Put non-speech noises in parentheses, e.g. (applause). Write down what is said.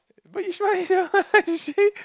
why you smile sia (laughs) why is she